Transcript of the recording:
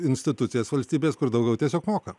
institucijas valstybės kur daugiau tiesiog moka